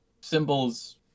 Symbols